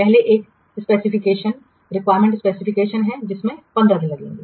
पहले एक specification requirement specification है जिसमें 15 दिन लगेंगे